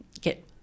get